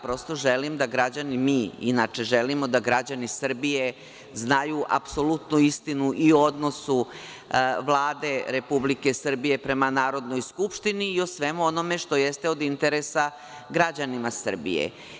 Prosto želim da građani, mi inače želimo da građani Srbije znaju apsolutnu istinu i o odnosu Vlade Republike Srbije prema Narodnoj skupštini i o svemu onome što jeste od interesa građanima Srbije.